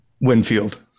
winfield